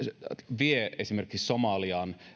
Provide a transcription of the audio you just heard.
vie esimerkiksi somaliaan